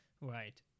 Right